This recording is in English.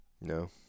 No